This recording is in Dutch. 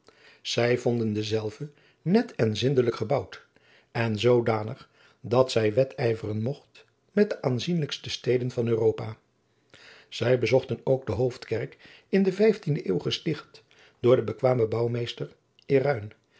zij vonden dezelve net en zindelijk gebouwd en zoodanig dat zij wedijveren mogt met de aanzienlijkste steden van europa zij bezochten ook de hoofdkerk in de vijftiende eeuw gesticht door den bekwamen bouwmeester